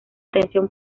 atención